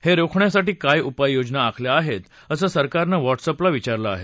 हे रोखण्यासाठी काय उपाययोजना आखल्या आहेत असं सरकारनं व्हाट्सअपला विचारलं आहे